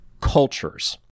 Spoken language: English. cultures